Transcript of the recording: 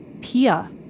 Pia